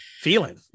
feeling